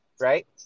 Right